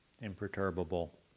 imperturbable